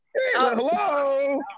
Hello